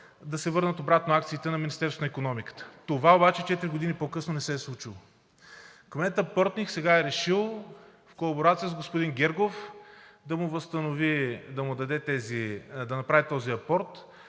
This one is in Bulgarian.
да се върнат обратно акциите на Министерството на икономиката. Това обаче – четири години по-късно, не се е случило. Кметът Портних сега е решил в колаборация с господин Гергов да направи този апорт,